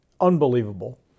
unbelievable